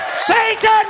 Satan